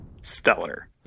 stellar